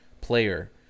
player